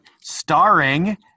starring